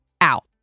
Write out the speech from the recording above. out